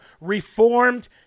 reformed